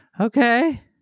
okay